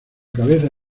cabeza